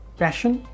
passion